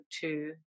two